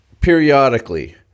periodically –